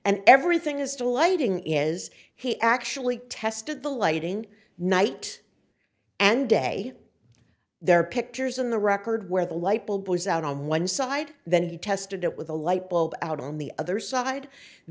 and everything is to lighting is he actually tested the lighting night and day there are pictures in the record where the light bulb was out on one side then he tested it with a light bulb out on the other side